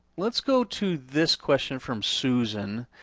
let's go to this question from susan.